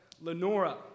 Lenora